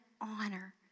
honor